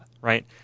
right